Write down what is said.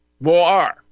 War